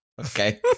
Okay